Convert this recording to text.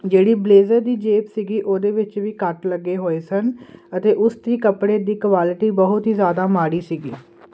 ਜਿਹੜੀ ਬਲੇਜ਼ਰ ਦੀ ਜੇਬ ਸੀਗੀ ਉਹਦੇ ਵਿੱਚ ਵੀ ਕੱਟ ਲੱਗੇ ਹੋਏ ਸਨ ਅਤੇ ਉਸਦੀ ਕੱਪੜੇ ਦੀ ਕੁਆਲਟੀ ਬਹੁਤ ਹੀ ਜਿਆਦਾ ਮਾੜੀ ਸੀਗੀ